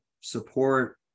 support